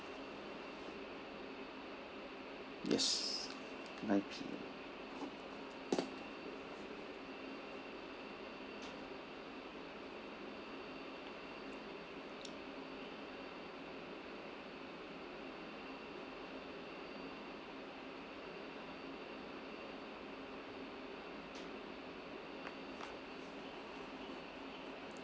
yes nine P_M